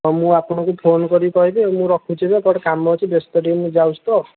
ହଁ ମୁଁ ଆପଣଙ୍କୁ ଫୋନ୍ କରିକି କହିବି ଆଉ ମୁଁ ରଖୁଛି ଏପଟେ କାମ ବ୍ୟସ୍ତ ଟିକେ ମୁଁ ଯାଉଛି ତ